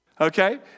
Okay